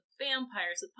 vampires